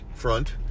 front